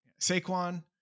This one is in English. Saquon